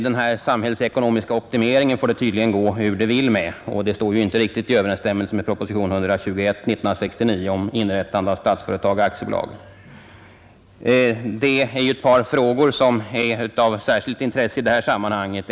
Den samhällsekonomiska optimeringen får det tydligen gå hur det vill med — och det står inte riktigt i överensstämmelse med propositionen 121 år 1969 om inrättande av Statsföretag AB. Det är ett par frågor som är av särskilt intresse i detta sammanhang.